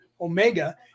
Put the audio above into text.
omega